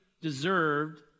deserved